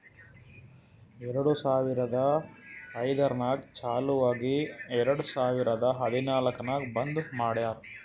ಎರಡು ಸಾವಿರದ ಐಯ್ದರ್ನಾಗ್ ಚಾಲು ಆಗಿ ಎರೆಡ್ ಸಾವಿರದ ಹದನಾಲ್ಕ್ ನಾಗ್ ಬಂದ್ ಮಾಡ್ಯಾರ್